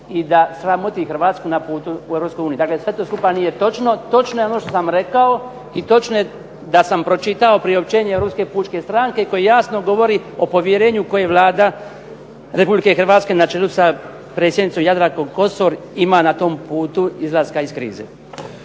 i da sramoti Hrvatsku na putu u EU. Dakle, sve to skupa nije točno. Točno je ono što sam rekao i točno je da sam pročitao priopćenje Europske pučke stranke koji jasno govori o povjerenju koje Vlada Republike Hrvatske na čelu sa predsjednicom Jadrankom Kosor ima na tom putu izlaska iz krize.